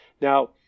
Now